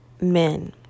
men